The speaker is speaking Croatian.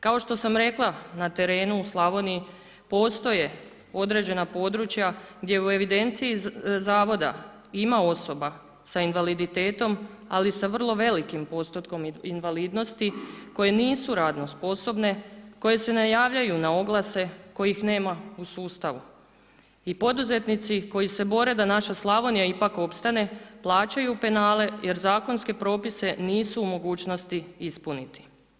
Kao što sam rekla, na terenu u Slavoniji postoje određena područja gdje u evidenciji zavoda ima osoba sa invaliditetom, ali sa vrlo velikim postotkom invalidnosti koje nisu radno sposobne, koje se ne javljaju na oglase, kojih nema u sustavu i poduzetnici koji se bore da naša Slavonija ipak opstane, plaćaju penale jer zakonske propise nisu u mogućnosti ispuniti.